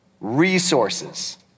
Resources